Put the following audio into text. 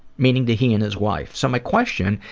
meaning to he and his wife. so my question,